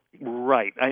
Right